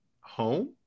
home